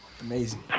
amazing